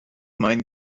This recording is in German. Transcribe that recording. mein